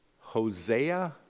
Hosea